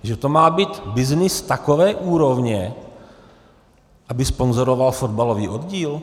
Že to má být byznys takové úrovně, aby sponzoroval fotbalový oddíl?